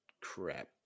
crap